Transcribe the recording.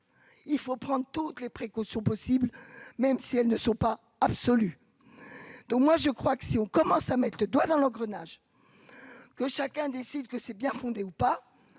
Il faut prendre toutes les précautions possibles, même si elles ne sont pas absolues, donc moi je crois que si on commence à mettre le doigt dans l'engrenage que chacun décide que c'est bien fondé ou pas,